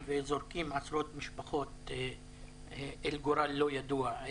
כך זורקים עשרות משפחות אל גורל לא ידוע.